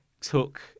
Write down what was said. took